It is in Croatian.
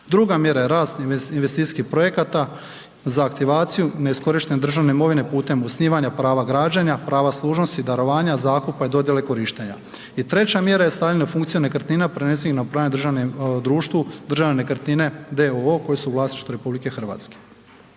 Druga mjera je rast investicijskih projekata za aktivaciju neiskorištene državne imovine putem osnivanja prava građenja, prava služnosti, darovanja, zakupa i dodijele korištenja. I treća mjera je stavljena u funkciju nekretnina .../Govornik se ne razumije./... društvu Državne nekretnine d.o.o. koje su u vlasništvu RH.